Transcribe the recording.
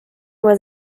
was